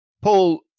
Paul